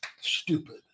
Stupid